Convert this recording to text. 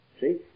See